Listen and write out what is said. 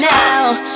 now